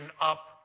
up